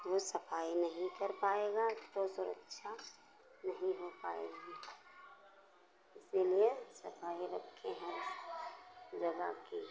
जो सफाई नहीं कर पाएगा तो सुरक्षा नहीं हो पाएगी इसीलिए सफाई रखें हर जगह की